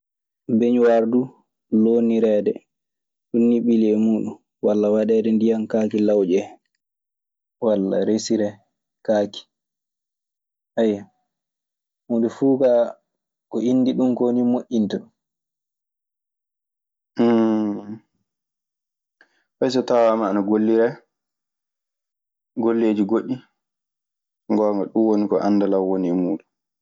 Beŋuwar du, lonnireede ɗum ni ɓili e muuɗun, walla waɗe ndiyam kaake lawƴe ley muɗun; Walla resiree kaake. huunde fuu kaa, ko inndi ɗun koo nii moƴƴinta ɗun. Fay so tawaama ana golliree golleeji goɗɗi, so ngoonga, ɗun woni ko anndal an woni e muuɗun.